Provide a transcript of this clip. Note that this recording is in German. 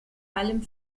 allem